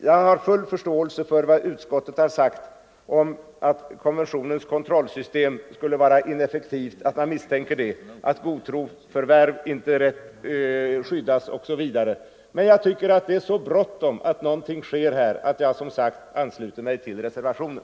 Jag har full förståelse för vad utskottet har sagt om att man misstänker att konventionens kontrollsystem skulle vara ineffektivt, att förvärv i god tro inte skyddas osv., men jag tycker att det är så bråttom att något sker att jag som sagt ansluter mig till reservationen.